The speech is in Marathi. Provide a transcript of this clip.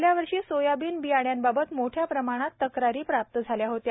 गेल्या वर्षी सोयाबीन बियाण्यांबाबत मोठया प्रमाणात तक्रारी प्राप्त झाल्या होत्या